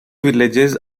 villages